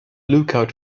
lookout